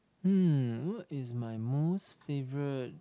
mm what is my most favourite